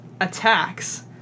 attacks